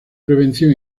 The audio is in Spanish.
prevención